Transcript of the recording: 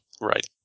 right